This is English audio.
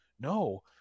no